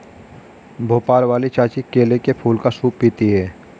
भोपाल वाली चाची केले के फूल का सूप पीती हैं